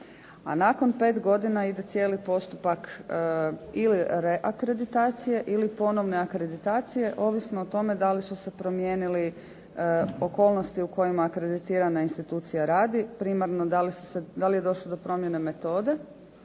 A nakon 5 godina ide cijeli postupak ili reakreditacije ili ponovne akreditacije, ovisno o tome da li su se promijenile okolnosti u kojima akreditirana institucija radi, primarno da li je došlo do promjene metode,